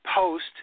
post